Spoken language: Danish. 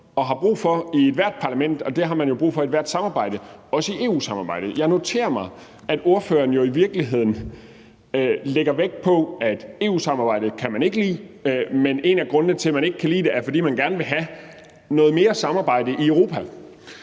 er der brug for i ethvert parlament, og det har man jo brug for i ethvert samarbejde, også i EU-samarbejdet. Jeg noterer mig, at ordføreren jo i virkeligheden lægger vægt på, at man ikke kan lide EU-samarbejdet, og en af grundene til, at man ikke kan lide det, er, at man gerne vil have noget mere samarbejde i Europa.